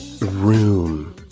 room